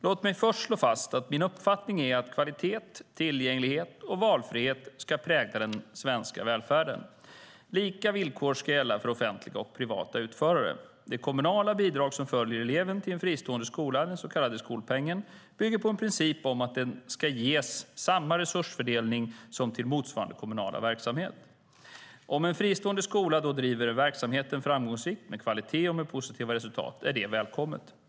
Låt mig först slå fast att min uppfattning är att kvalitet, tillgänglighet och valfrihet ska prägla den svenska välfärden. Lika villkor ska gälla för offentliga och privata utförare. Det kommunala bidrag som följer med eleven till en fristående skola, den så kallade skolpengen, bygger på en princip om att det ska ges samma resursfördelning som till motsvarande kommunal verksamhet. Om en fristående skola driver verksamheten framgångsrikt, med kvalitet och med positivt resultat, är det välkommet.